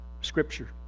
Scripture